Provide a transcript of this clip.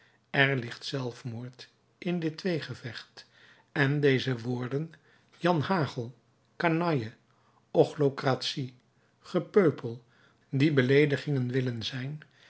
er ligt zelfmoord in dit tweegevecht en deze woorden janhagel kanalje ochlocratie gepeupel die beleedigingen willen zijn